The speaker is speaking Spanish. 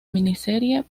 miniserie